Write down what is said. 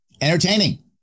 entertaining